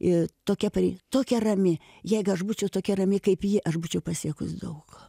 i tokia parei tokia rami jeigu aš būčiau tokia rami kaip ji aš būčiau pasiekus daug